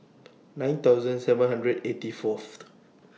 nine thousand seven hundred eighty Fourth